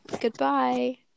Goodbye